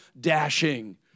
dashing